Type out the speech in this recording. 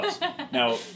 Now